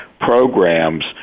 programs